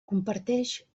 comparteix